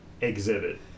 exhibit